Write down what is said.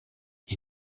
ils